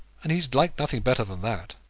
and he'd like nothing better than that.